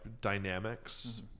dynamics